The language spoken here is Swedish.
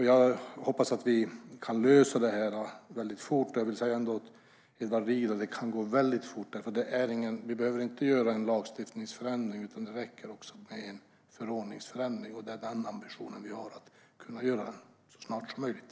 Jag hoppas att vi kan lösa detta väldigt fort, Edward Riedl, för vi behöver inte göra någon lagstiftningsförändring. Det räcker med en förordningsförändring, och vi har ambitionen att kunna göra det så snart som möjligt.